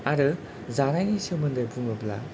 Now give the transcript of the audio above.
आरो जानायनि सोमोन्दै बुङोब्ला